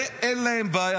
זה, אין להם בעיה.